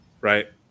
right